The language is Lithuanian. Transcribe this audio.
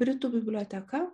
britų biblioteka